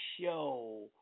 show